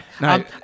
no